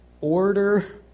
order